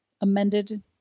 amended